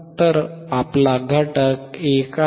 तर आपला घटक 1 आहे